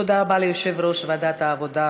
תודה רבה ליושב-ראש ועדת העבודה,